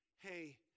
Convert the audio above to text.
Hey